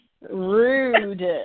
Rude